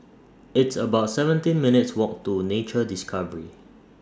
It's about seventeen minutes' Walk to Nature Discovery